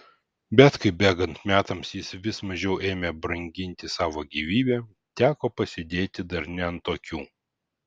bet kai bėgant metams jis vis mažiau ėmė branginti savo gyvybę teko pasėdėti dar ne ant tokių